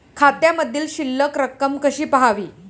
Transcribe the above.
खात्यामधील शिल्लक रक्कम कशी पहावी?